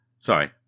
Sorry